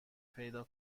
پیدا